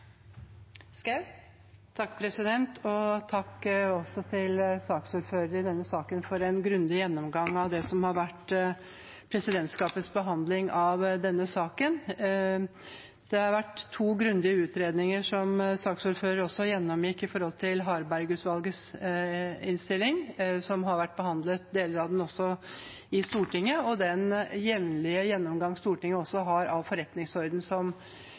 til. Takk til saksordføreren i denne saken for en grundig gjennomgang av det som har vært presidentskapets behandling av denne saken. Det har vært to grundige utredninger, som saksordføreren også gjennomgikk, i forbindelse med Harberg-utvalgets innstilling – deler av den har vært behandlet i Stortinget – og i den jevnlige gjennomgangen Stortinget har av forretningsordenen, som har vært ledet av saksordføreren. Dette er jo en gjennomgang